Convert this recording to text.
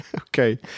Okay